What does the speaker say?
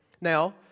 Now